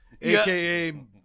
AKA